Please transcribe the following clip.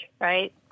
right